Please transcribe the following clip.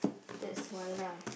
that's why lah